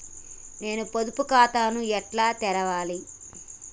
నేను పొదుపు ఖాతాను ఎట్లా తెరవాలి?